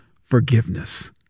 forgiveness